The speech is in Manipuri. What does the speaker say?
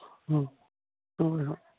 ꯑꯣ ꯍꯣꯏ ꯍꯣꯏ